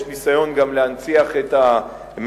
יש גם ניסיון להנציח את "המהנדס",